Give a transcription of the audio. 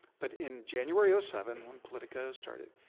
but in january ah seven when politico started,